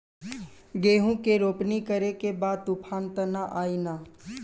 गेहूं के रोपनी करे के बा तूफान त ना आई न?